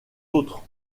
autres